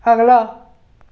अगला